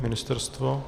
Ministerstvo?